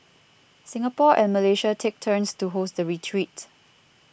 Singapore and Malaysia take turns to host the retreat